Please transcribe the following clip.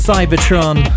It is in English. Cybertron